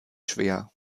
schwer